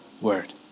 word